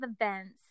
events